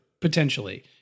potentially